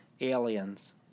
Aliens